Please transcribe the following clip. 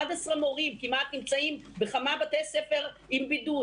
11 מורים כמעט נמצאים בכמה בתי ספר עם בידוד.